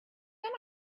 then